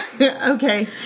Okay